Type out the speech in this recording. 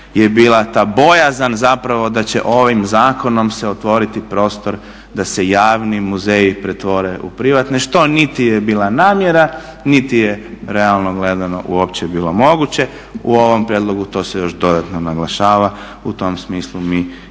je bila ta bojazan zapravo da će ovim zakonom se otvoriti prostor da se javni muzeji pretvore u privatne, što niti je bila namjera niti realno gledano uopće bilo moguće u ovom prijedlog to se još dodatno naglašava. U tom smislu mi i